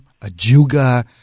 Ajuga